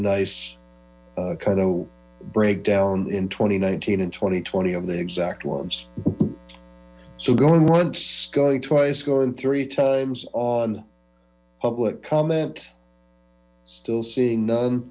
nice kind of breakdown in twenty nineteen and twenty twenty of the exact ones so going once going twice going three times on public comment still seeing none